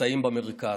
נמצאים במרכז.